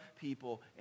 people